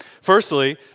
Firstly